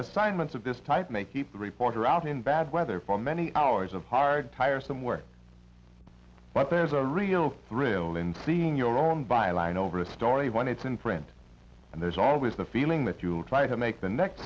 assignments of this type may keep the reporter out in bad weather for many hours of hard tiresome work but there's a real thrill in seeing your own byline over a story when it's in print and there's always the feeling that you'll try to make